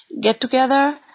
get-together